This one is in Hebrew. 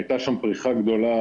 היתה שם פריחה גדולה.